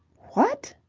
what!